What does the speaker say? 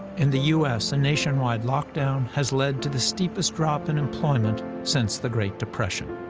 in the u s, a nationwide lockdown has led to the steepest drop in employment since the great depression.